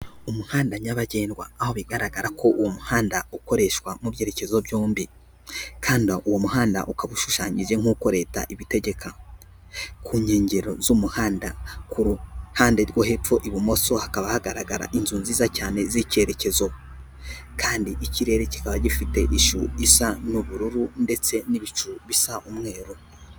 Umuhanda nyabagendwa aho bigaragara ko uwo muhanda ukoreshwa mu byerekezo byombi kandi uwo muhanda ukaba ushushanyije nkuko leta ibitegeka, ku nkengero z'umuhanda ku ruhande rwo hepfo ibumoso hakaba hagaragara inzu nziza cyane z'icyerekezo kandi ikirere kikaba gifite ishusho isa n'ubururu ndetse n'ibicu bisa umweru.